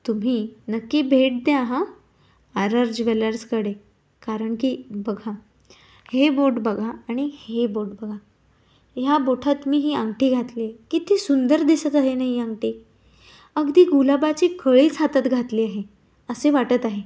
तुम्ही नक्की भेट द्या हा आर आर ज्वेलर्सकडे कारण की बघा हे बोट बघा आणि हे बोट बघा ह्या बोठात मी ही अंगठी घातली आहे किती सुंदर दिसत आहे नाही ही अंगठी अगदी गुलाबाची कळीच हातात घातली आहे असे वाटत आहे